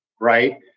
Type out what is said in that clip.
right